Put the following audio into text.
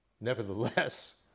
Nevertheless